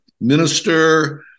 minister